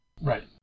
Right